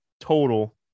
total